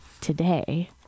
today